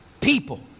People